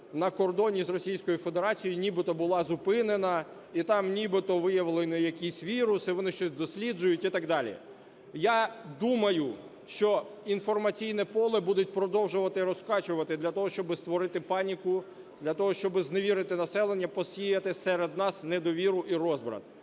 Федерацією нібито була зупинена, і там нібито виявлений якийсь вірус, і вони щось досліджують, і так далі. Я думаю, що інформаційне поле будуть продовжувати розкачувати для того, щоб створити паніку, для того, щоб зневірити населення, посіяти серед нас недовіру і розбрат.